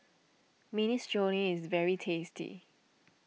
Minestrone is very tasty